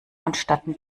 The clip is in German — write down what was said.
vonstatten